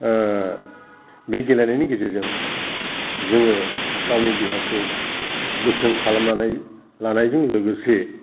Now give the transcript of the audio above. बे गेलेनायनि गेजेरजों जोङो गावनि देहाखौ गोख्रों खालामनानै लानायजों लोगोसे